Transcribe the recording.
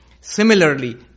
Similarly